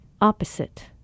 opposite